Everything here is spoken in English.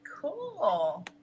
cool